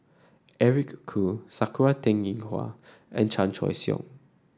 Eric Khoo Sakura Teng Ying Hua and Chan Choy Siong